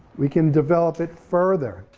we can develop it further.